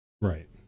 Right